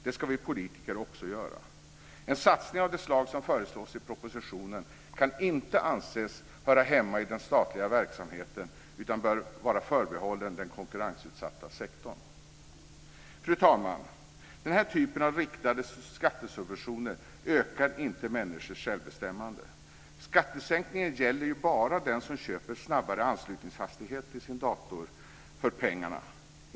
Det ska vi politiker också göra. En satsning av det slag som föreslås i propositionen kan inte anses höra hemma i den statliga verksamheten utan bör vara förbehållen den konkurrensutsatta sektorn. Fru talman! Den här typen av riktade skattesubventioner ökar inte människors självbestämmande. Skattesänkningen gäller bara den som köper snabbare anslutningshastighet till sin dator för pengarna.